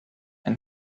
ein